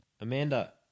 Amanda